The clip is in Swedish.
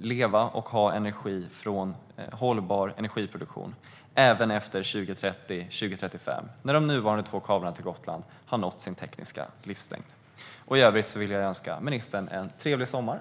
leva och ha energi från hållbar energiproduktion även efter 2030 eller 2035, när de nuvarande två kablarna till Gotland har nått sin tekniska livslängd. I övrigt vill jag önska ministern en trevlig sommar.